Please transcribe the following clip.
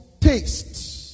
tastes